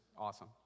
awesome